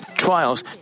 trials